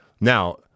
Now